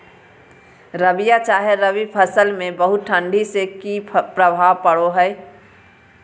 रबिया चाहे रवि फसल में बहुत ठंडी से की प्रभाव पड़ो है?